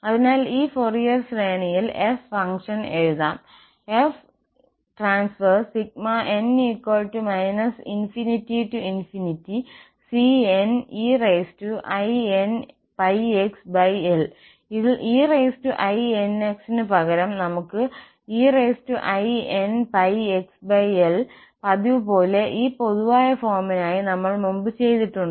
അതിനാൽ ഈ ഫൊറിയർ ശ്രേണിയിൽ f ഫംഗ്ഷൻ എഴുതാം f ∼ n ∞cneinπxL ഇതിൽ einx ന് പകരം നമുക്ക് einπxL പതിവുപോലെ ഈ പൊതുവായ ഫോമിനായി നമ്മൾ മുമ്പ് ചെയ്തിട്ടുണ്ട്